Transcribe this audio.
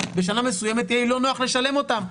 בשנה מסוימת יהיה לי לא נוח לשלם אותם,